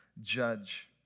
judge